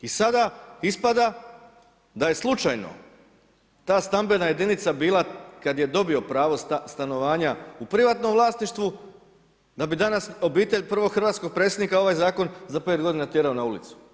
I sada ispada da je slučajno ta stambena jedinica kada je dobio pravo stanovanja u privatnom vlasništvu, da bi danas obitelj prvog hrvatskog predsjednika ovaj zakon za pet godina tjerao na ulicu.